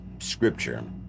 scripture